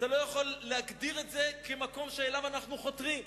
אתה לא יכול להגדיר את זה כמקום שאליו אנחנו חותרים.